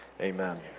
amen